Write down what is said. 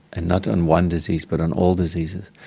and not on one disease but on all diseases,